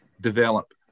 develop